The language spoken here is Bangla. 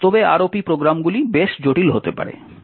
বাস্তবে ROP প্রোগ্রামগুলি বেশ জটিল হতে পারে